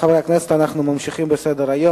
חברי חברי הכנסת, אנחנו ממשיכים בסדר-היום.